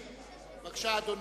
בבקשה, אדוני.